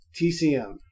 TCM